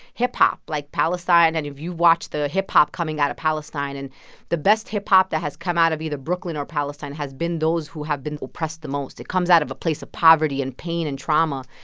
hip-hop. like, palestine, and if you watch the hip-hop coming out of palestine and the best hip-hop that has come out of either brooklyn or palestine has been those who have been oppressed the most it comes out of a place of poverty and pain and trauma.